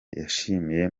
yashimiye